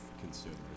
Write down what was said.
consumers